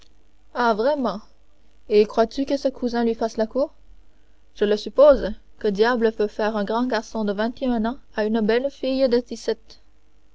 ah vraiment et crois-tu que ce cousin lui fasse la cour je le suppose que diable peut faire un grand garçon de vingt et un ans à une belle fille de